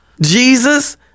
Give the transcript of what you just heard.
Jesus